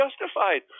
justified